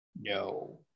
No